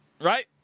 right